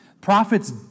Prophets